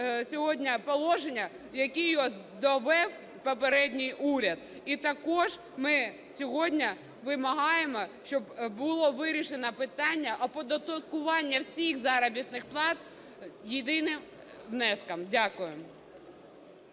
сьогодні положення, до якого довів попередній уряд. І також ми сьогодні вимагаємо, щоб було вирішено питання оподаткування всіх заробітних плат єдиним внеском. Дякую.